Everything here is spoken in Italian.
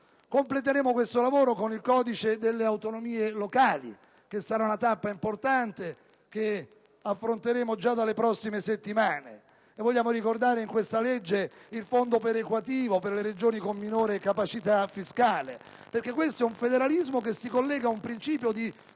Completeremo questo lavoro con il codice delle autonomie locali, che sarà una tappa importante che affronteremo già dalle prossime settimane. Vogliamo ricordare in questa legge il fondo perequativo per le Regioni con maggiore capacità fiscale; perché questo è un federalismo che si collega ad un principio di